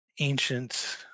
ancient